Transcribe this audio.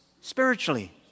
spiritually